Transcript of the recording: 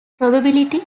probability